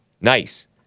Nice